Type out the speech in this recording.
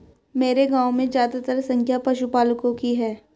मेरे गांव में ज्यादातर संख्या पशुपालकों की है